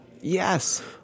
Yes